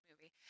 movie